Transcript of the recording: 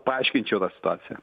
paaiškinčiau tą situaciją